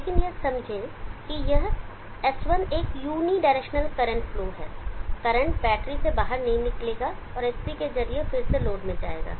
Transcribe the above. लेकिन यह समझें कि यह S1 एक यूनिडायरेक्शनल करंट फ्लो है करंट बैटरी से बाहर नहीं निकलेगा और S3 के जरिए फिर से लोड में आएगा